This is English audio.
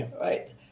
right